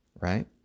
right